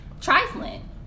trifling